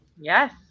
Yes